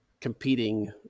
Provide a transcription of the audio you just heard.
competing